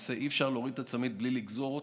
ולמעשה אי-אפשר להוריד את הצמיד בלי לגזור אותו,